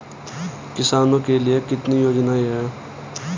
किसानों के लिए कितनी योजनाएं हैं?